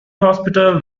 hospital